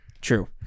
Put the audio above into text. True